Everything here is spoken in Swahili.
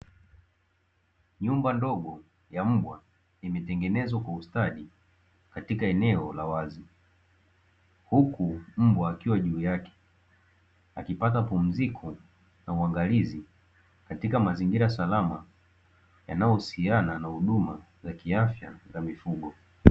Nyumba ndogo ya mbwa imetengenezwa kwa ustadi katika eneo la wazi, huku mbwa akiwa juu yake akipata pumziko na uangalizi katika mazingira salama, yanayohusiana na huduma za kiafya za mifugo.